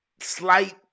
slight